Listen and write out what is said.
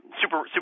super